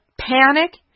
panic